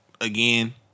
again